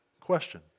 question